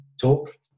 talk